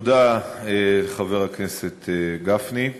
תודה, חבר הכנסת גפני.